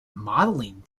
modeling